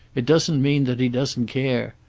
it doesn't mean that he doesn't care.